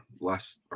last